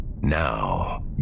Now